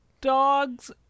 dogs